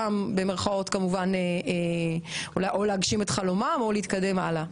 אותם מלהגשים את חלומם ולהתקדם הלאה.